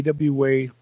AWA